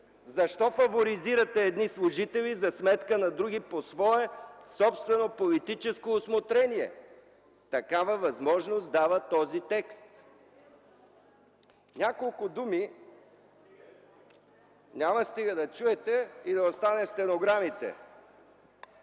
Защо фаворизирате едни служители за сметка на други по свое собствено политическо усмотрение? Такава възможност дава този текст. Няколко думи... (Реплики от ПГ на ГЕРБ.) Няма „стига”! Да чуете и да остане в стенограмите...